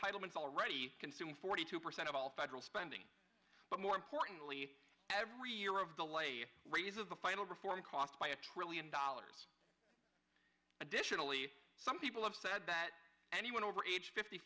ts already consume forty two percent of all federal spending but more importantly every year of the latest raises the final reform cost by a trillion dollars additionally some people have said that anyone over age fifty